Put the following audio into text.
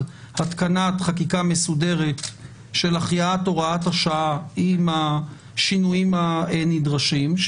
התקנת חקיקה מסודרת של החייאת הוראת השעה עם השינויים הנדרשים,